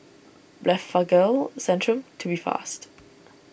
Blephagel Centrum Tubifast